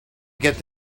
get